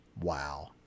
Wow